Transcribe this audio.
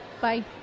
Bye